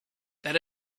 that